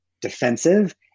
defensive